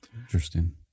Interesting